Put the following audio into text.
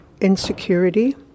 insecurity